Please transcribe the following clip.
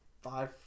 five